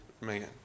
man